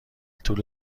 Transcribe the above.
طول